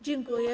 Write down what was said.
Dziękuję.